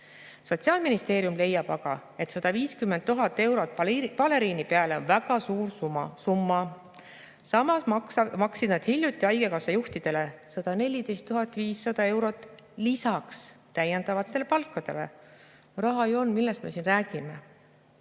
Sotsiaalministeerium leiab aga, et 150 000 eurot baleriini peale on väga suur summa. Samas maksid nad hiljuti haigekassa juhtidele 114 500 eurot lisaks täiendavatele palkadele. Raha ju on! Millest me siin räägime?